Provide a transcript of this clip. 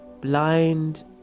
Blind